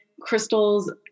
Crystals